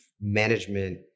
management